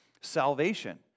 Salvation